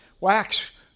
wax